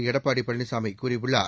எடப்பாடி பழனிசாமி கூறியுள்ளார்